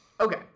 Okay